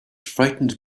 frightened